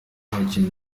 abakinnyi